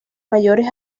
mayores